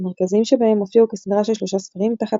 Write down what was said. המרכזיים שבהם הופיעו כסדרה של שלושה ספרים תחת